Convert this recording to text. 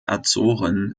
azoren